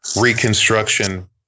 reconstruction